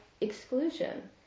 exclusion